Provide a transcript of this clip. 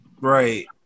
Right